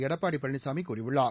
எடப்பாடி பழனிசாமி கூறியுள்ளார்